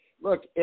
look